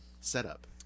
setup